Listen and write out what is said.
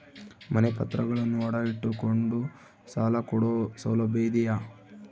ಮನೆ ಪತ್ರಗಳನ್ನು ಅಡ ಇಟ್ಟು ಕೊಂಡು ಸಾಲ ಕೊಡೋ ಸೌಲಭ್ಯ ಇದಿಯಾ?